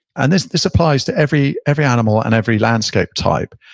and this this applies to every every animal and every landscape type.